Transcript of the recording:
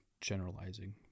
generalizing